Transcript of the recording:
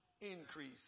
increase